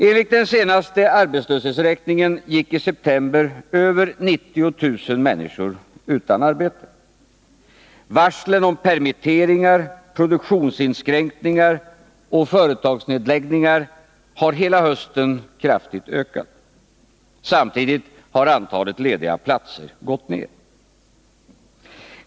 Enligt den senaste arbetslöshetsräkningen gick i september över 90 000 människor utan arbete. Varslen om permitteringar, produktionsinskränkningar och företagsnedläggningar har hela hösten kraftigt ökat. Samtidigt har antalet lediga platser gått ned.